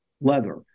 leather